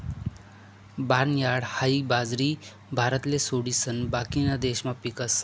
barnyard हाई बाजरी भारतले सोडिसन बाकीना देशमा पीकस